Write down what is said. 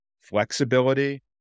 flexibility